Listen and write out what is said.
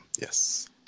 Yes